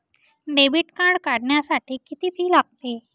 Debit card काढण्यासाठी किती fee लागते?